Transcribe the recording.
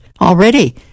Already